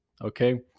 Okay